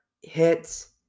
hits